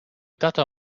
tato